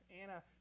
Anna